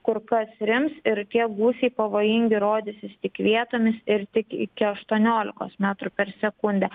kur kas rims ir tie gūsiai pavojingi rodysis tik vietomis ir tik iki aštuoniolikos metrų per sekundę